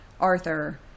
Arthur